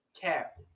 cap